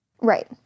Right